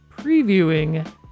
previewing